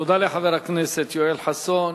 תודה לחבר הכנסת יואל חסון.